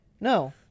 No